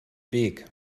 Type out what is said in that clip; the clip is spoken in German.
weg